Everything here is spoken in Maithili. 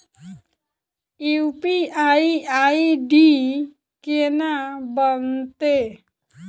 यु.पी.आई आई.डी केना बनतै?